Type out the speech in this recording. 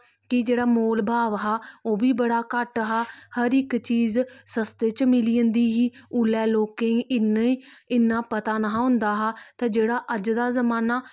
कि जेह्ड़ा मूल भाव हा ओह् बी बड़ा घट्ट हा हर इक चीज सस्ते च मिली जंदी ही उल्लै लोकें गी इन्नी इन्ना पता निहा होंदा ते जेह्ड़ा अज्ज दा जमान्ना